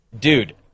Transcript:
Dude